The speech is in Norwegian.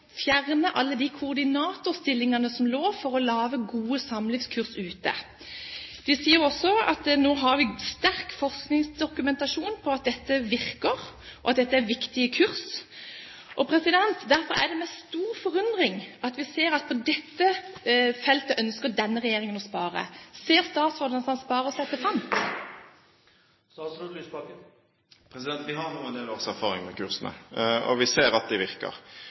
nå har sterk forskningsdokumentasjon på at dette virker, og at dette er viktige kurs. Derfor er det med stor forundring vi ser at på dette feltet ønsker denne regjeringen å spare. Ser statsråden at han sparer seg til fant? Vi har nå en del års erfaring med kursene, og vi ser at de virker.